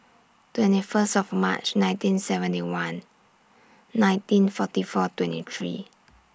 twenty First of March nineteen seventy one nineteen forty four twenty three